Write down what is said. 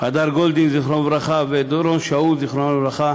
הדר גולדין, זכרו לברכה, ואורון שאול, זכרו לברכה,